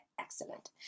excellent